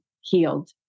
healed